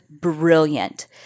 brilliant